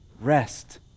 rest